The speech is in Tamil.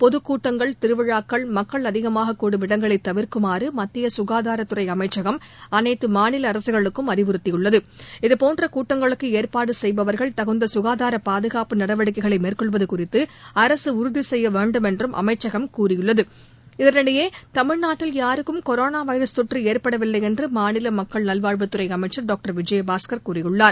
பொதுக்கூட்டங்கள் திருவிழாக்கள் மக்கள் அதிகமாக கூடும் இடங்களை தவிர்க்குமாறு மத்திய சுகாதாரத்துறை அமைச்சகம் அனைத்து மாநில அரசுகளுக்கும் அறிவுறுத்தியுள்ளது இதபோன்ற கூட்டங்களுக்கு ஏற்பாடு செய்பவர்கள் தகுந்த சுகாதார பாதுகாப்பு நடவடிக்கைகளை மேற்கொள்வது குறித்து அரசு உறுதி செய்ய வேண்டுமென்றும் அமைச்சகம் கூறியுள்ளது இதளிடையே தமிழ்நாட்டில் யாருக்கும் கொரோனா வைரஸ் தொற்று ஏற்படவில்லை என்று மாநில மக்கள் நல்வாழ்வுத்துறை அமைச்சர் டாக்டர் விஜயபாஸ்க் கூறியுள்ளார்